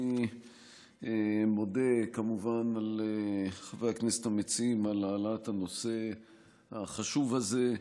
אני מודה כמובן לחברי הכנסת המציעים על העלאת הנושא החשוב הזה,